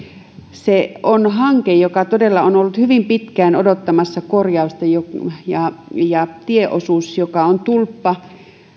se on hanke joka todella on ollut hyvin pitkään odottamassa korjausta ja ja tieosuus joka on tulppa